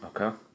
Okay